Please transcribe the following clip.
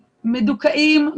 מדוכאים,